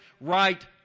right